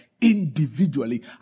individually